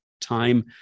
time